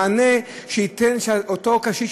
מענה שייתן לאותו קשיש,